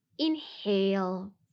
Inhale